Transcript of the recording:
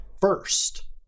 first